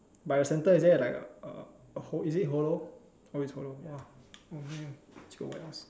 by the center is there a like a hollow it is hollow oh it is hollow !wah! oh man still got what else